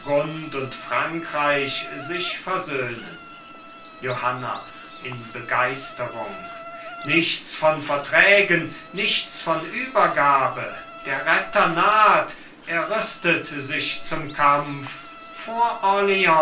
und frankreich sich versöhnen johanna in begeisterung nichts von verträgen nichts von übergabe der retter naht er rüstet sich zum kampf vor